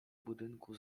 budynku